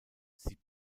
sie